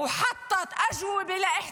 איפה כל זה?